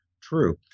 true